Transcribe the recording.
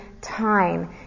time